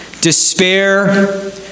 Despair